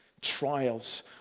trials